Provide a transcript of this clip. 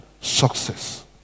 success